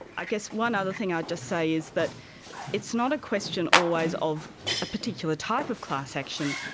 i guess one other thing i'd just say is that it's not a question always of a particular type of class action,